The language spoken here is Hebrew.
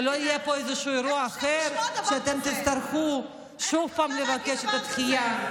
או שלא יהיה פה איזה אירוע אחר שאתם תצטרכו שוב פעם לבקש דחייה?